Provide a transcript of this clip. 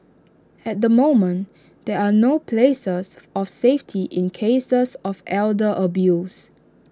at the moment there are no places of safety in cases of elder abuse